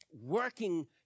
working